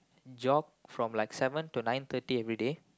jog from like seven to nine thirty everyday